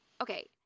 Okay